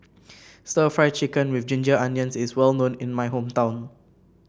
stir Fry Chicken with Ginger Onions is well known in my hometown